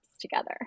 together